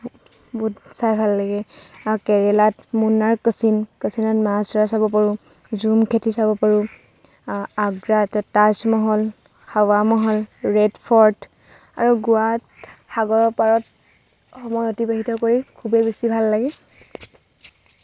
বহুত চাই ভাল লাগে আৰু কেৰেলাত মুন্নাৰ কাচিম কাচিমত মাছ ধৰা চাব পাৰোঁ জুম খেতি চাব পাৰোঁ আগ্ৰাত তাজমহল হাৱা মহল ৰেড ফৰ্ট আৰু গোৱাত সাগৰৰ পাৰত সময় অতিবাহিত কৰি খুবেই বেছি ভাল লাগে